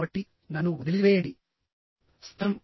కాబట్టి నన్ను వదిలివేయండి స్థలం